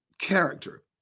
character